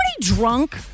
drunk